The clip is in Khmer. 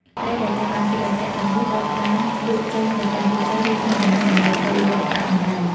ត្រីដែលចាប់បានពីអន្ទាក់ទាំងនោះត្រូវបានលក់ចេញទៅកាន់ទីផ្សារ ឬឈ្មួញកណ្តាលដើម្បីប្តូរយកប្រាក់កម្រៃ។